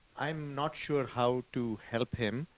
i'm not sure how to help him.